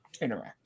interact